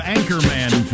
Anchorman